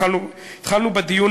התחלנו בדיון.